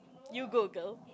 you go girl